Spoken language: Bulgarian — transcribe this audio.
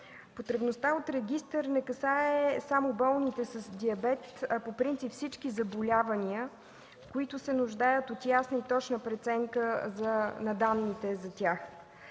Потребността от регистър не касае само болните с диабет, а по принцип всички заболявания, които се нуждаят от ясна и точна преценка на данните за тях.